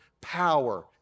power